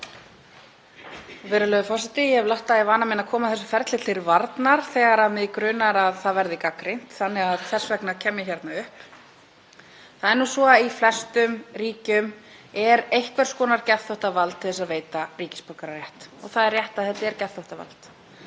Það er nú svo að í flestum ríkjum er einhvers konar geðþóttavald til að veita ríkisborgararétt, og það er rétt að þetta er geðþóttavald.